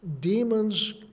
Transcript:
demons